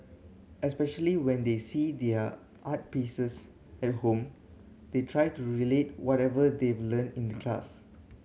especially when they see their art pieces at home they try to relate whatever they've learnt in the class